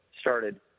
started